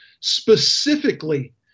Specifically